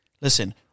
listen